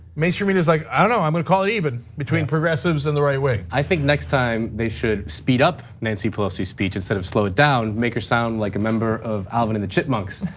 mainstream media's like, i don't know i'm going to call it even between progressives and the right way. i think next time they should speed up, nancy pelosi's speech. instead of slow it down, make her sound like a member of alvin and the chipmunks.